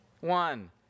one